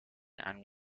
and